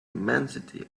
immensity